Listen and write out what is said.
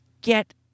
get